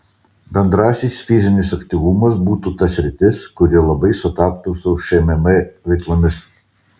bendrasis fizinis aktyvumas būtų ta sritis kuri labai sutaptų su šmm veiklomis